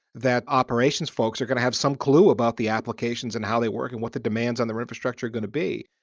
that operations folks are going to have some clue about the applications and how they work and what the demands on their infrastructure are going to be.